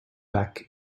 back